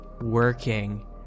working